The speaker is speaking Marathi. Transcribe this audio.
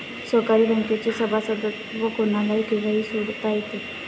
सहकारी बँकेचे सभासदत्व कोणालाही केव्हाही सोडता येते